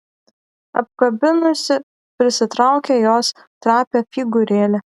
apkabinusi prisitraukė jos trapią figūrėlę